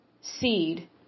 seed